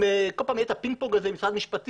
אם כל פעם יהיה את הפינג פונג הזה עם משרד המשפטים,